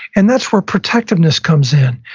and that's where protectiveness comes in.